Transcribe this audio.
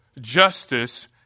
justice